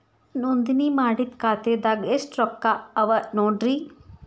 ನೋಂದಣಿ ಮಾಡಿದ್ದ ಖಾತೆದಾಗ್ ಎಷ್ಟು ರೊಕ್ಕಾ ಅವ ನೋಡ್ರಿ